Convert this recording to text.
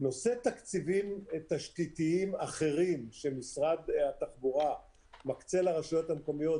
נושא תקציבים תשתיתיים אחרים שמשרד התחבורה מקצה לרשויות המקומיות,